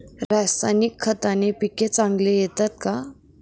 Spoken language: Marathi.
रासायनिक खताने पिके चांगली येतात का?